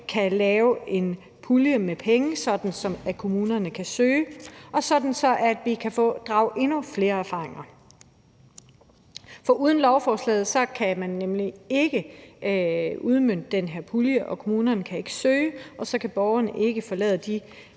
kan lave en pulje med penge, som kommunerne kan søge, og sådan at vi kan inddrage endnu flere erfaringer. For uden lovforslaget kan man nemlig ikke udmønte den her pulje, og så kan kommunerne ikke søge den, og så kan der ikke blive